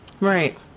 Right